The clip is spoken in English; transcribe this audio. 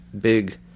big